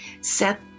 set